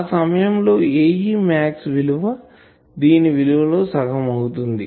ఆ సమయం లో Ae max విలువ దీని విలువ లో సగం అవుతుంది